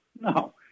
no